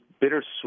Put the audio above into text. bittersweet